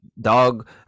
dog